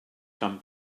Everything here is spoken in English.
come